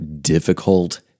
difficult